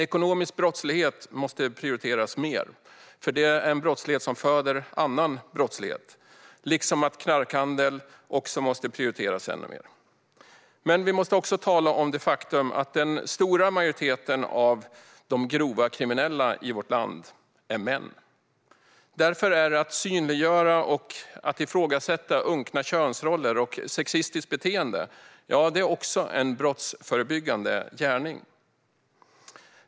Ekonomisk brottslighet måste prioriteras mer, för den föder annan brottslighet. Även knarkhandel måste prioriteras ännu mer. Men vi måste också tala om det faktum att den stora majoriteten av de grovt kriminella i vårt land är män. Att synliggöra och ifrågasätta unkna könsroller och sexistiskt beteende är därför också en brottsförebyggande gärning.